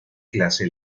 clase